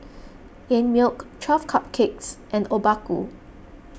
Einmilk twelve Cupcakes and Obaku